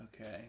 Okay